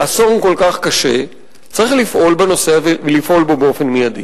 כך אנחנו עוד נמשיך ונגלגל את הסוגיה הזאת ממשרד למשרד,